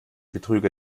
betrüger